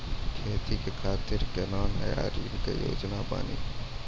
खेती के खातिर कोनो नया ऋण के योजना बानी?